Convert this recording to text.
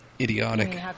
idiotic